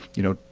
you know,